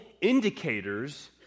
indicators